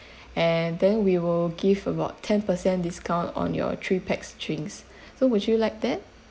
and then we will give about ten per cent discount on your three pax drinks so would you like that